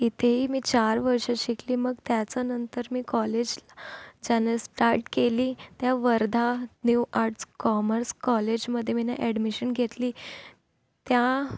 तिथेही मी चार वर्षं शिकली मग त्याचानंतर मी कॉलेज जाणं स्टार्ट केली त्या वर्धा न्यू आर्ट्स कॉमर्स कॉलेजमध्ये मी न ॲडमिशन घेतली त्या